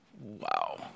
Wow